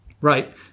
Right